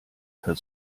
herr